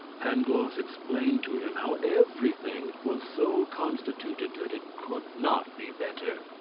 pangloss explained to him how everything was so constituted that it could not be better.